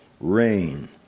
Rain